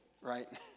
right